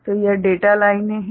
तो यह डेटा लाइनें हैं